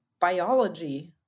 biology